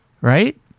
Right